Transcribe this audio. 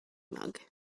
mug